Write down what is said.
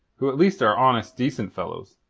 who at least are honest, decent fellows.